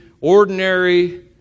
ordinary